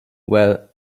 well